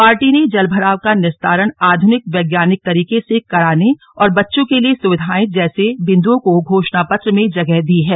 party ने जलभराव का निस्तारण आध्रनिक वैज्ञानिक तरीके से करने और बच्चों के लिए सुविधाए जैसे बिंदुओं को घोषणा पत्र में जगह दी है